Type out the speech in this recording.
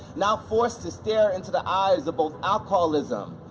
now forced to stare into the eyes of both alcoholism,